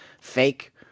fake